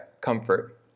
comfort